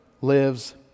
lives